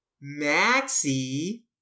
Maxie